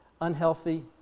unhealthy